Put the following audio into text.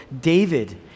David